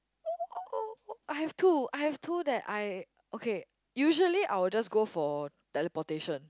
I have two I have two that I okay usually I will just go for teleportation